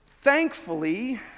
Thankfully